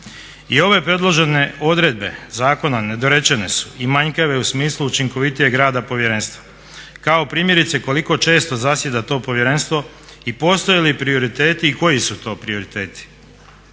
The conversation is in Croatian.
I ove predložene odredbe zakona nedorečene su i manjkave u smislu učinkovitijeg rada Povjerenstva kao primjerice koliko često zasjeda to Povjerenstvo i postoje li prioriteti i koji su to prioriteti.